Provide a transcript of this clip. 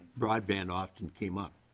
broadband often came up.